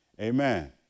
amen